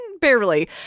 barely